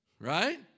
Right